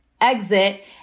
exit